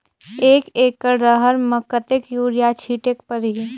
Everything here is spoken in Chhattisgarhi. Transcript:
एक एकड रहर म कतेक युरिया छीटेक परही?